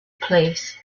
place